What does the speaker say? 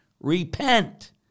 repent